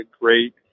great